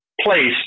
place